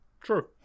true